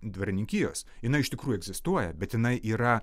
dvarininkijos jinai iš tikrųjų egzistuoja bet jinai yra